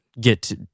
get